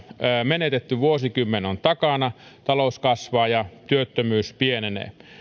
menetetty vuosikymmen on takana talous kasvaa ja työttömyys pienenee